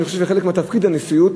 אני חושב שחלק מתפקיד הנשיאות,